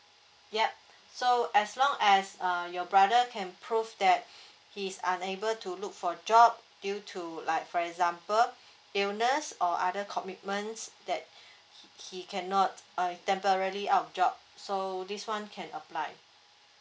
yup so as long as uh your brother can prove that he's unable to look for job due to like for example illness or other commitments that he cannot uh temporary out of job so this one can apply